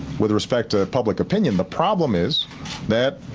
with respect to the public opinion the problem is that